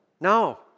no